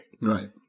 Right